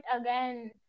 again